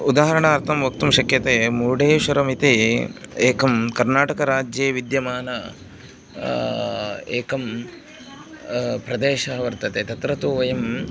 उदाहरणार्थं वक्तुं शक्यते मुरुडेश्वरम् इति एकं कर्नाटकराज्ये विद्यमानः एकः प्रदेशः वर्तते तत्र तु वयम्